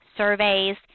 surveys